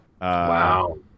Wow